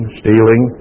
stealing